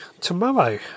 tomorrow